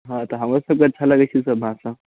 हँ तऽ हमरो सबकेँ अच्छा लगैत छै ई सब भाषा